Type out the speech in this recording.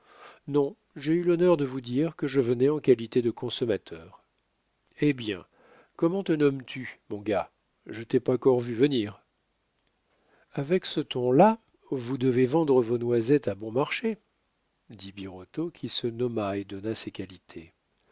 non j'ai eu l'honneur de vous dire que je venais en qualité de consommateur eh bien comment te nommes tu mon gars je t'ai pas core vu venir avec ce ton là vous devez vendre vos noisettes à bon marché dit birotteau qui se nomma et donna ses qualités